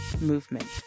movement